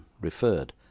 referred